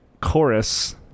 chorus